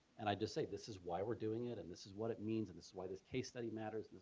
and i just say this is why we're doing it, and this is what it means. and this is why this case study matters,